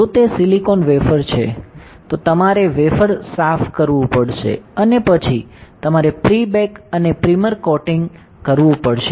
જો તે silicon wafer છે તો તમારે વેફર સાફ કરવું પડશે અને પછી તમારે પ્રી બેક અને પ્રિમર કોટિંગ કરવું પડશે